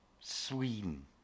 Sweden